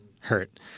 hurt